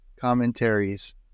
commentaries